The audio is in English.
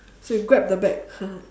so you grab the bag